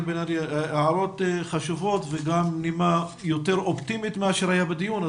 הערות חשובות וגם נימה יותר אופטימית מכפי שהייתה בדיון.